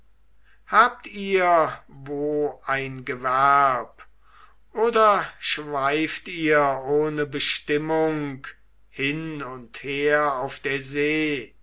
habt ihr wo ein gewerb oder schweift ihr ohne bestimmung hin und her auf der see